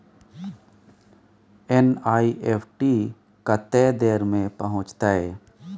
NEFT कत्ते देर में पहुंचतै?